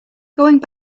going